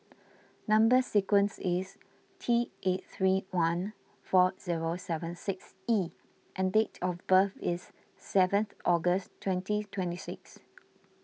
Number Sequence is T eight three one four zero seven six E and date of birth is seventh August twenty twenty six